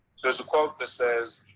there's a quote that says,